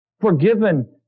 forgiven